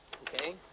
okay